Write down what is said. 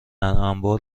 انبار